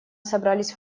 собрались